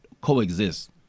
coexist